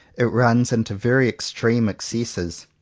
it runs into very extreme excesses.